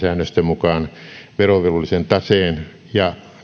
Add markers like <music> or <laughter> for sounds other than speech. <unintelligible> säännöstön mukaan verovelvollisen taseen ja